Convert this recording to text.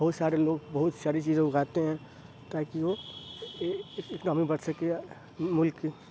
بہت سارے لوگ بہت ساری چیزیں اگاتے ہیں تاکہ وہ اکنامی بڑھ سکے ملک کی